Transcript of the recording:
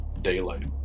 daylight